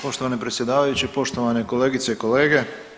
Poštovani predsjedavajući, poštovane kolegice i kolege.